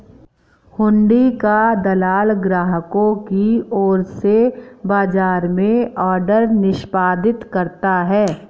हुंडी का दलाल ग्राहकों की ओर से बाजार में ऑर्डर निष्पादित करता है